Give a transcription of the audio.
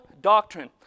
doctrine